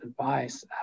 advice